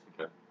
Okay